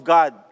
God